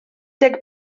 deg